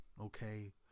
okay